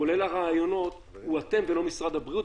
כולל הרעיונות, הוא אתם ולא משרד הבריאות.